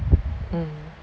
mm